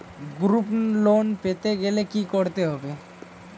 Group loan পেতে হলে কি করতে হবে?